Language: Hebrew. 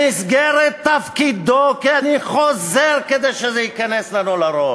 במסגרת תפקידו, אני חוזר כדי שזה ייכנס לנו לראש,